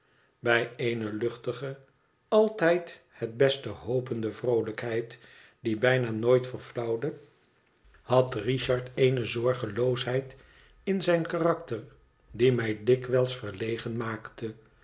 bij eene luchtige altijd het beste hopende vroolijkheid die bijna nooit verflauwde had richard eene zorgeloosheid in zijn karakter die mij dikwijls verlegen maakte